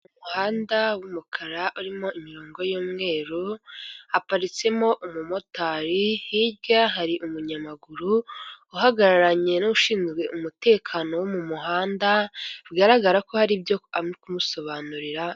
Mu muhanda w'umukara urimo imirongo y'umweru, haparitsemo umumotari hirya hari umunyamaguru uhagararanye n'ushinzwe umutekano wo mu muhanda bigaragara ko hari ibyo ari kumusobanurira.